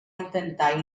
intentar